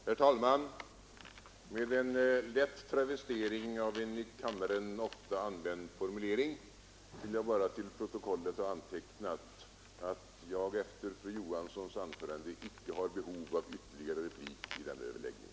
Herr talman! Med en lätt travestering av en i kammaren ofta använd formulering vill jag bara be att till protokollet få antecknat att jag efter fru Johanssons i Uddevalla anförande icke har behov av ytterligare replik i denna överläggning.